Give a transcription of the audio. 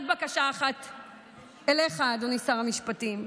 רק בקשה אחת אליך, אדוני שר המשפטים: